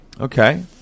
Okay